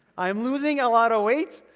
i am losing a lot of weight,